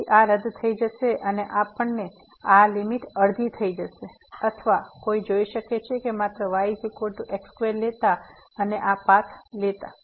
તેથી આ રદ થઈ જશે અને આપણને આ લીમીટ અડધી થઈ જશે અથવા કોઈ જોઇ શકે છે કે માત્ર yx2 લેતા અને આ પાથ લેતા